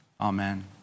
Amen